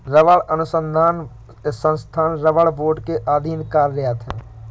रबड़ अनुसंधान संस्थान रबड़ बोर्ड के अधीन कार्यरत है